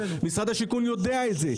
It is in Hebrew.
משרד השיכון יודע את זה.